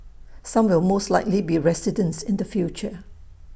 some will most likely be residents in the future